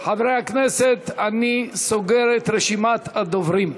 חברי הכנסת, אני סוגר את רשימת הדוברים.